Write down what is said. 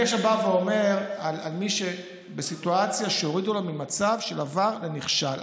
אני עכשיו בא ואומר על מי שבסיטואציה שהורידו לו ממצב של עבר לנכשל,